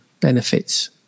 benefits